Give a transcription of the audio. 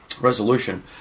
resolution